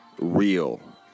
real